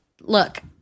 look